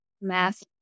math